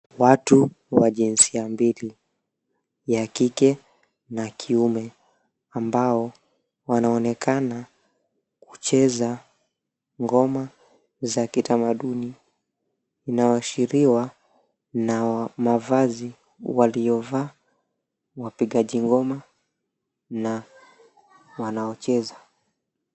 Watu wa jinsia mbili, ya kike na kiume, ambao wanaonekana kucheza ngoma za kitamaduni inayoashiriwa na mavazi waliyovaa, wapigaji ngoma na wanaocheza.